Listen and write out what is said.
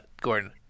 Gordon